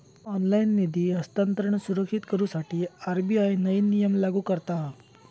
online निधी हस्तांतरण सुरक्षित करुसाठी आर.बी.आय नईन नियम लागू करता हा